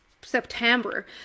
September